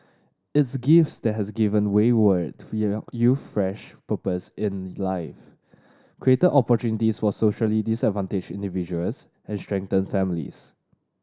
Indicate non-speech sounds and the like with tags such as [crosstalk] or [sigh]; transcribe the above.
its gifts that has given wayward [unintelligible] youth fresh purpose in life created opportunities for socially disadvantaged individuals and strengthened families